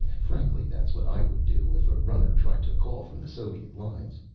frankly, that's what i would do, if a runner tried to call from the soviet lines.